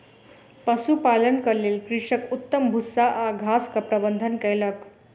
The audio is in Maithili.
पशुपालनक लेल कृषक उत्तम भूस्सा आ घासक प्रबंध कयलक